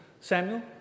Samuel